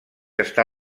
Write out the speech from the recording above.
està